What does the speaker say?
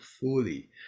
fully